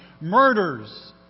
murders